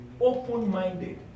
open-minded